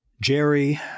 Jerry